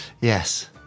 Yes